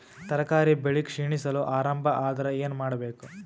ತರಕಾರಿ ಬೆಳಿ ಕ್ಷೀಣಿಸಲು ಆರಂಭ ಆದ್ರ ಏನ ಮಾಡಬೇಕು?